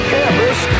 Campus